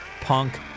Punk